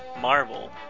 Marvel